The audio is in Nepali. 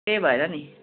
त्यही भएर नि